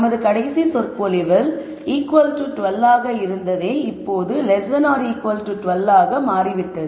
நமது கடைசி விரிவுரையில் 12 ஆக இருந்ததை இப்போது 12 ஆக மாறிவிட்டது